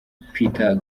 peter